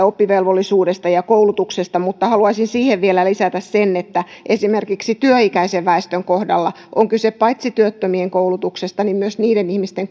oppivelvollisuudesta ja koulutuksesta mutta haluaisin siihen vielä lisätä sen että esimerkiksi työikäisen väestön kohdalla on kyse paitsi työttömien koulutuksesta myös niiden ihmisten